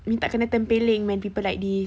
minta kena tempeleng when people like this